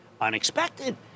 Unexpected